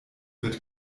wird